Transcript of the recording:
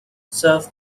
serve